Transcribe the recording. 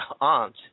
aunt